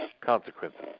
consequences